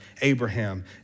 Abraham